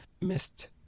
Missed